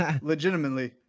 Legitimately